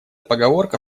поговорка